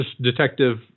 Detective